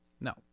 No